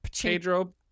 Pedro